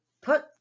put